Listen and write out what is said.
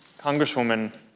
Congresswoman